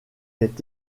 est